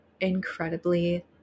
incredibly